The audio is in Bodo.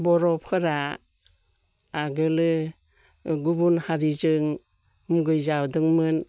बर'फोरा आगोलो गुबुन हारिजों मुगै जादोंमोन